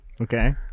Okay